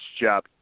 job